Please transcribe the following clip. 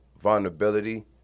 vulnerability